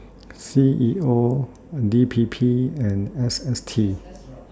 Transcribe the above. C E O D P P and S S T